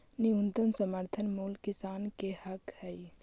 न्यूनतम समर्थन मूल्य किसान के हक हइ